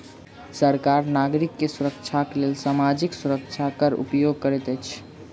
सरकार नागरिक के सुरक्षाक लेल सामाजिक सुरक्षा कर उपयोग करैत अछि